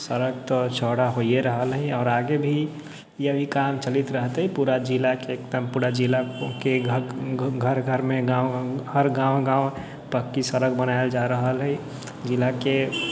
सड़क तऽ चौड़ा होये रहल हइ आओर आगे भी ई अभी काम चलैत रहतै पूरा जिलाके एकदम पूरा जिलाके घर घरमे गाँव गाँवमे हर गाँव गाँव पक्की सड़क बनायल जा रहल हइ जिलाके